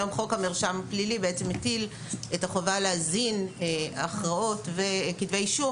היום חוק המרשם הפלילי מטיל את החובה להזין הכרעות וכתבי אישום